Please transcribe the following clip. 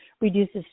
reduces